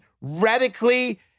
Radically